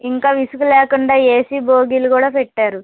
ఇంకా విసుగు లేకుండా ఏసీ భోగిలు కూడా పెట్టారు